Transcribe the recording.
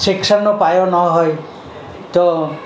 શિક્ષણનો પાયો ન હોય તો